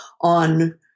on